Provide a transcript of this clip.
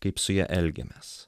kaip su ja elgiamės